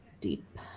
deep